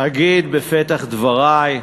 אגיד בפתח דברי,